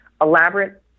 elaborate